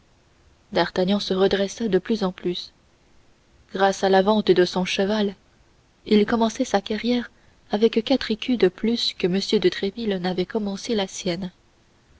d'artagnan se redressa de plus en plus grâce à la vente de son cheval il commençait sa carrière avec quatre écus de plus que m de